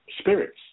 spirits